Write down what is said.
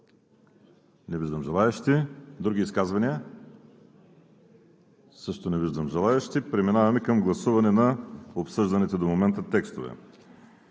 Не виждам желаещи. Други изказвания? Също не виждам желаещи. Преминаваме към гласуване на обсъжданите до момента текстове.